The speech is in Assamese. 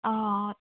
অ'